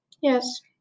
Yes